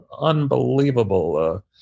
unbelievable